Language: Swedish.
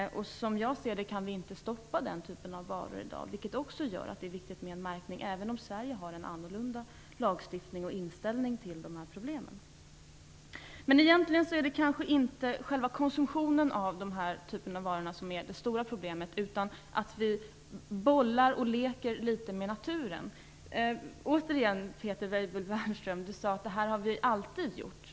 Som jag ser det kan vi inte stoppa den typen av varor i dag, vilket också gör att det är viktigt med en märkning även om Sverige har en annorlunda lagstiftning och inställning till de här problemen. Egentligen är det kanske inte själva konsumtionen av dessa varor som är det stora problemet, utan att vi bollar och leker litet med naturen. Peter Weibull Bernström sade att detta har vi alltid gjort.